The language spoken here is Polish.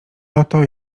oto